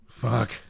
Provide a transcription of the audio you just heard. Fuck